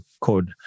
code